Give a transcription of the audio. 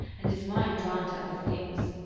and his mind drawn to other things.